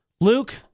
Luke